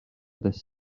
this